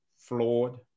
flawed